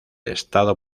estado